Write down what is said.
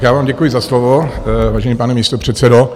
Já vám děkuji za slovo, vážený pane místopředsedo.